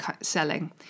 selling